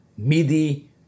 Midi